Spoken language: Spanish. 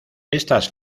estas